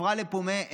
עפרא לפומיה,